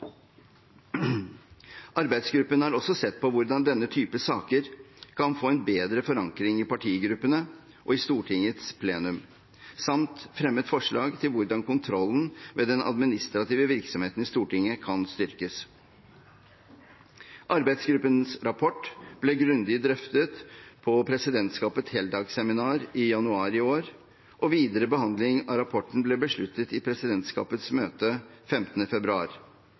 Arbeidsgruppen har også sett på hvordan denne typen saker kan få en bedre forankring i partigruppene og i Stortingets plenum, samt fremmet forslag til hvordan kontrollen med den administrative virksomheten i Stortinget kan styrkes. Arbeidsgruppens rapport ble grundig drøftet på presidentskapets heldagsseminar i januar i år, og videre behandling av rapporten ble besluttet i presidentskapets møte 15. februar.